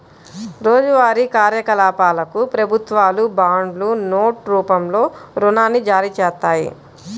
రోజువారీ కార్యకలాపాలకు ప్రభుత్వాలు బాండ్లు, నోట్ రూపంలో రుణాన్ని జారీచేత్తాయి